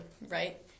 right